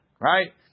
Right